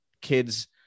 kids